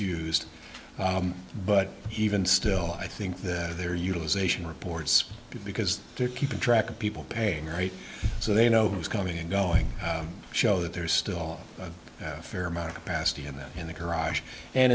used but even still i think that there are utilization reports because to keep track of people paying right so they know who's coming and going show that there's still a fair amount of capacity in that in the garage and